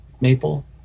maple